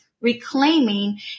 reclaiming